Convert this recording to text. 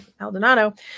Aldonado